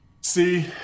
See